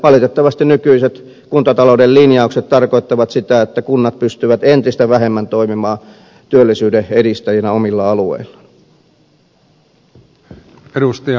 valitettavasti nykyiset kuntatalouden linjaukset tarkoittavat sitä että kunnat pystyvät entistä vähemmän toimimaan työllisyyden edistäjinä omilla alueillaan